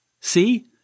See